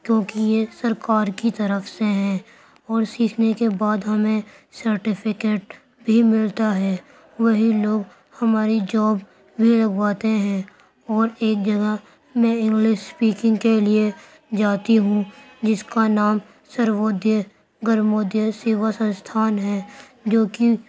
کیوں کہ یہ سرکار کی طرف سے ہیں اور سیکھنے کے بعد ہمیں سرٹیفکیٹ بھی ملتا ہے وہی لوگ ہماری جاب بھی لگواتے ہیں اور ایک جگہ میں انگلس اسپیکنگ کے لیے جاتی ہوں جس کا نام سرودیہ گرمودیہ سیوا سنستھان ہے جو کہ